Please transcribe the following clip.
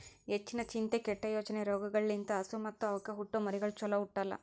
ಹೆಚ್ಚಿನ ಚಿಂತೆ, ಕೆಟ್ಟ ಯೋಚನೆ ರೋಗಗೊಳ್ ಲಿಂತ್ ಹಸು ಮತ್ತ್ ಅವಕ್ಕ ಹುಟ್ಟೊ ಮರಿಗಳು ಚೊಲೋ ಹುಟ್ಟಲ್ಲ